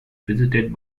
visited